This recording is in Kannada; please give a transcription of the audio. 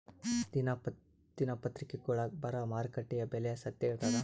ದಿನಾ ದಿನಪತ್ರಿಕಾದೊಳಾಗ ಬರಾ ಮಾರುಕಟ್ಟೆದು ಬೆಲೆ ಸತ್ಯ ಇರ್ತಾದಾ?